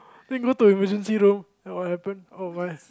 then go to emergency room then what happen oh my